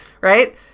Right